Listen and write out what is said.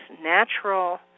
natural